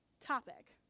topic